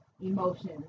emotions